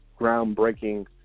groundbreaking